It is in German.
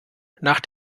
nach